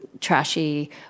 trashy